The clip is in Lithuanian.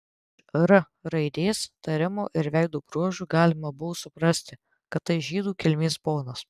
iš r raidės tarimo ir veido bruožų galima buvo suprasti kad tai žydų kilmės ponas